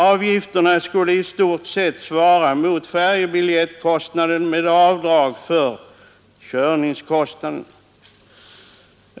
Avgifterna skulle i stort sett svara mot färjebiljettkostnaden med avdrag för körningskostnaden.